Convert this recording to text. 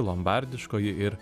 lombardiškoji ir